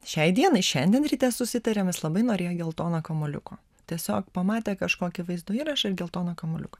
šiai dienai šiandien ryte susitarėm jis labai norėjo geltono kamuoliuko tiesiog pamatė kažkokį vaizdo įrašą ir geltoną kamuoliuką